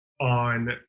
on